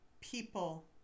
people